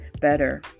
better